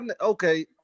okay